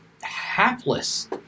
hapless